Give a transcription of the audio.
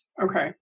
Okay